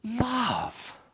love